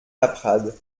laprade